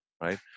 right